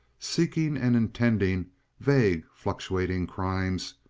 seeking and intending vague fluctuating crimes,